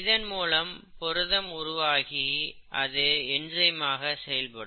இதன் மூலம் புரதம் உருவாகி அது என்சைம் ஆக செயல்படும்